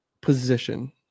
position